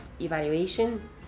evaluation